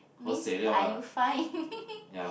miss are you fine